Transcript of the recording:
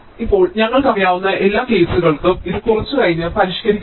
ഇപ്പോൾ ഞങ്ങൾക്കറിയാവുന്ന എല്ലാ കേസുകൾക്കും ഇത് കുറച്ച് കഴിഞ്ഞ് പരിഷ്കരിക്കപ്പെടും